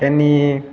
त्यांनी